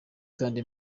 kandi